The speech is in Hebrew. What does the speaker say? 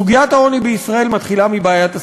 סוגיית העוני בישראל מתחילה מבעיית השכר.